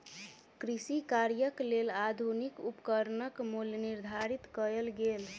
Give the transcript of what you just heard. कृषि कार्यक लेल आधुनिक उपकरणक मूल्य निर्धारित कयल गेल